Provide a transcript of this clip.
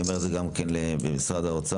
אני אומר את זה גם כן במשרד האוצר.